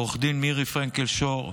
עו"ד מירי פרנקל שור,